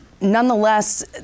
nonetheless